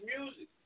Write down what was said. music